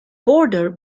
border